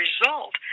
result